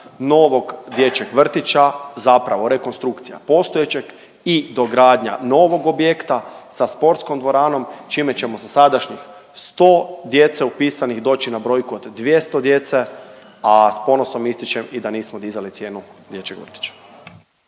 novog dječjeg vrtića, zapravo rekonstrukcija postojećeg i dogradnja novog objekta sa sportskom dvoranom čime ćemo sa sadašnjih 100 djece upisanih doći na brojku od 200 djece, a s ponosom ističem i da nismo dizali cijenu dječjeg vrtića.